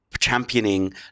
championing